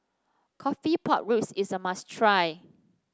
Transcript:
coffee Pork Ribs is a must try